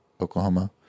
Oklahoma